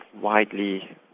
widely